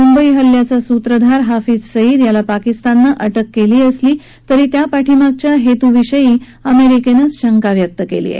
मुंबई हल्ल्याचा सुत्रधार हाफिझ सईद याला पाकिस्ताननं अटक केली असली तरी त्यामगच्या हेतूविषयी अमेरिकेनं शंका व्यक्त केली आहे